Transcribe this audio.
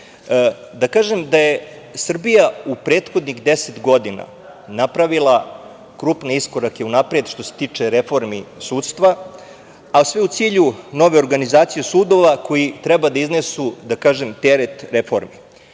visokom domu. Srbija je u prethodnih deset godina napravila krupne iskorake unapred, što se tiče reformi sudstva, a sve u cilju nove organizacije sudova koji treba da iznesu teret reformi. Danas